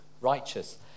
righteous